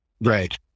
Right